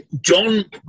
John